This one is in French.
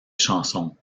chansons